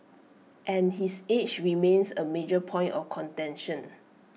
and his age remains A major point of contention